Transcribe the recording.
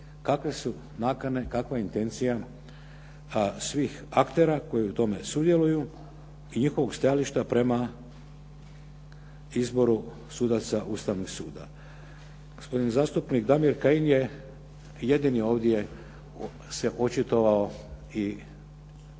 kakve su nakane, kakva intencija svih aktera koji u tome sudjeluju i njihovog stajališta prema izboru sudaca Ustavnog suda. Gospodin zastupnik Damir Kajin je jedini ovdje se očitovao i određivao